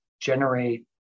generate